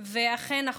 אכן,